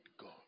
God